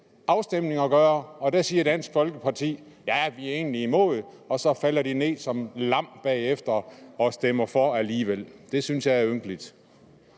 afstemning at gøre, og der siger Dansk Folkeparti: Arh, vi er egentlig imod, og så falder de ned som lam bagefter og stemmer for alligevel. Det synes jeg er ynkeligt.